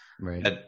Right